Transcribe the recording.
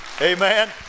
Amen